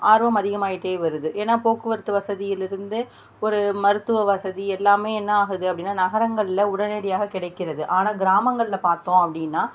ஆர்வம் அதிகமாகிட்டே வருது ஏன்னால் போக்குவரத்து வசதியில் இருந்து ஒரு மருத்துவ வசதி எல்லாமே என்னாகுது அப்படினா நகரங்களில் உடனடியாக கிடைக்கிறது ஆனால் கிராமங்களில் பார்த்தோம் அப்படின்னா